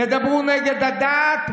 תדברו נגד הדת,